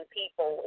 people